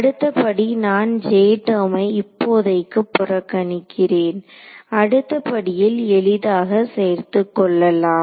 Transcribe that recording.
அடுத்தபடி நான் J டெர்மை இப்போதைக்கு புறக்கணிக்கிறேன் அடுத்த படியில் எளிதாக சேர்த்துக்கொள்ளலாம்